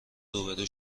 روبرو